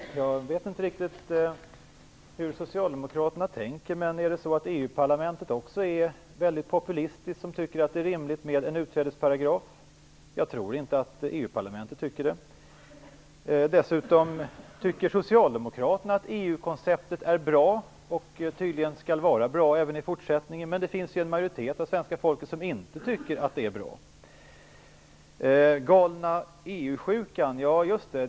Herr talman! Jag vet inte riktigt hur Socialdemokraterna tänker. Är det så att också EU-parlamentet, som också tycker att det är rimligt med en utträdesparagraf, är väldigt populistiskt? Jag tror inte att EU parlamentet anser det. Socialdemokraterna tycker att EU-konceptet är bra och att det tydligen skall vara bra även i fortsättningen. Men det finns en majoritet av svenska folket som inte tycker att det är bra. "Galna EU"-sjukan - ja, just det.